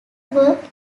work